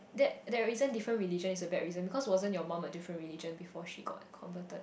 that there isn't different religion is a bad reason because wasn't your mum a different religion before she got converted